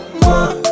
more